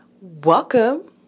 welcome